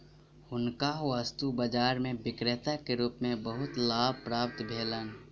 हुनका वस्तु बाजार में विक्रेता के रूप में बहुत लाभ प्राप्त भेलैन